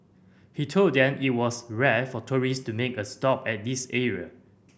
he told them it was rare for tourists to make a stop at this area